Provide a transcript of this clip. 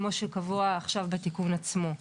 כמו שקבוע עכשיו בתיקון עצמו.